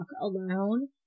alone